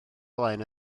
flaen